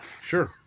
Sure